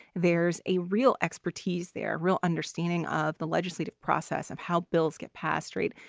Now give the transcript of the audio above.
there's a real expertise there, real understanding of the legislative process of how bills get passed. right.